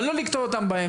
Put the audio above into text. אבל לא לקטוע אותם באמצע,